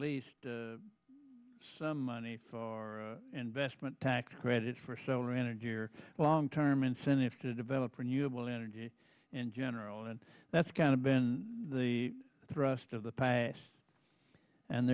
least some money for investment tax credits for solar energy or long term incentives to develop renewable energy in general and that's kind of been the thrust of the past and